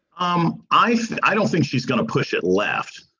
um i, i don't think she's going to push it left.